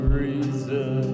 reason